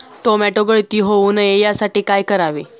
Tomato गळती होऊ नये यासाठी काय करावे?